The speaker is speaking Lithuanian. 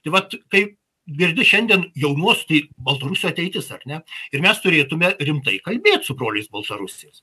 tai vat kai girdi šiandien jaunuosius tai baltarusių ateitis ar ne ir mes turėtume rimtai kalbėt su broliais baltarusiais